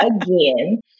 again